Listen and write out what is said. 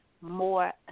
more